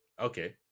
Okay